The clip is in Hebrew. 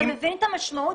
אתה מבין את המשמעות?